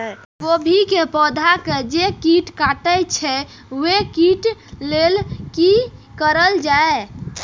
गोभी के पौधा के जे कीट कटे छे वे के लेल की करल जाय?